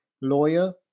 lawyer